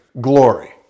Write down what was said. glory